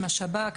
עם שב"כ,